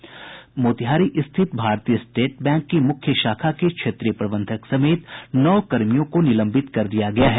पूर्वी चंपारण जिले के मोतिहारी स्थित भारतीय स्टेट बैंक की मुख्य शाखा के क्षेत्रीय प्रबंधक समेत नौ कर्मियों को निलंबित कर दिया गया है